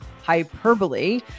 hyperbole